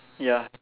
ya